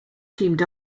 teamed